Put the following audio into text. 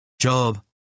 Job